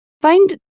Find